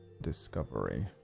discovery